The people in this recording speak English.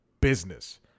business